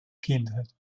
kindheit